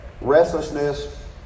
restlessness